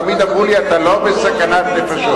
תמיד אמרו לי: אתה לא בסכנת נפשות,